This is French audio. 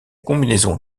combinaison